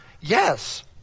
yes